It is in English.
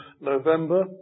November